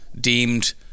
deemed